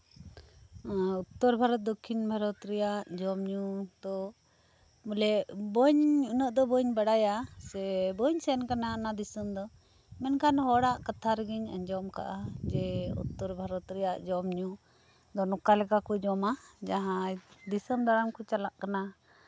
ᱩᱛᱛᱚᱨ ᱵᱷᱟᱨᱚᱛ ᱟᱨ ᱫᱚᱠᱠᱷᱤᱱ ᱵᱷᱟᱨᱚᱛ ᱨᱮᱭᱟᱜ ᱡᱚᱢ ᱧᱩ ᱫᱚ ᱵᱚᱞᱮ ᱩᱱᱟᱹᱜ ᱫᱚ ᱵᱟᱹᱧ ᱵᱟᱲᱟᱭᱟ ᱥᱮ ᱵᱟᱹᱧ ᱥᱮᱱ ᱠᱟᱱᱟ ᱚᱱᱟ ᱫᱤᱥᱚᱢ ᱫᱚ ᱢᱮᱱᱠᱷᱟᱱ ᱦᱚᱲᱟᱜ ᱠᱟᱛᱷᱟ ᱨᱮᱜᱤᱧ ᱟᱸᱡᱚᱢ ᱠᱟᱫᱟ ᱡᱮ ᱩᱛᱛᱚᱨ ᱵᱷᱟᱨᱚᱛ ᱨᱮᱭᱟᱜ ᱡᱚᱢ ᱧᱩ ᱫᱚ ᱱᱚᱝᱠᱟ ᱞᱮᱠᱟ ᱠᱚ ᱡᱚᱢ ᱧᱩᱭᱟ ᱡᱟᱸᱦᱟᱭ ᱫᱤᱥᱚᱢ ᱫᱟᱬᱟᱱ ᱠᱚ ᱪᱟᱞᱟᱜ ᱠᱟᱱᱟ